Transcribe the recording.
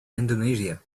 indonesia